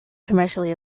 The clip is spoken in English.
commercially